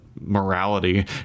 morality